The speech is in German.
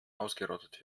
ausgerottet